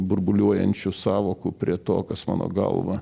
burbuliuojančių sąvokų prie to kas mano galva